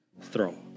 throne